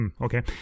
okay